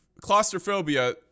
claustrophobia